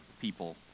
people